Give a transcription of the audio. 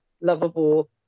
lovable